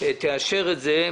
תאשר את זה.